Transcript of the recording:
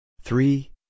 three